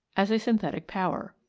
as a synthetical power.